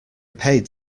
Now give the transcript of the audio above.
paid